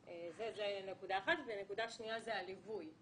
נקודה שנייה היא לגבי הליווי.